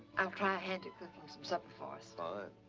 i'll try and cook supper for us. fine.